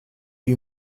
più